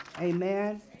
Amen